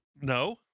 No